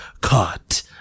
caught